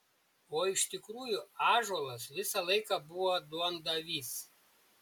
o iš tikrųjų ąžuolas visą laiką buvo duondavys